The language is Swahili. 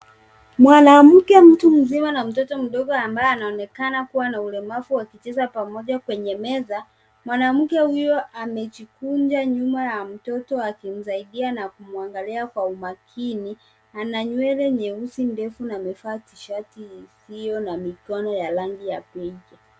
Mwanamke mtu mzima na mtoto mdogo ambaye anaonekana kuwa na ulemavu wakicheza pamoja kwenye meza. Mwanamke huyo amejikunja nyuma ya mtoto akimsaidia na kumwangalia kwa umakini ananywele nyeusi ndefu na amevaa tishati isiyo na mikono ya rangi ya pinki